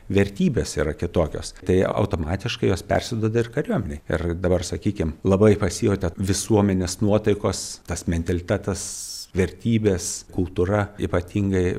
vertybės yra kitokios tai automatiškai jos persiduoda ir kariuomenei ir dabar sakykim labai pasijautė visuomenės nuotaikos tas mentalitetas vertybės kultūra ypatingai